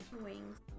Wings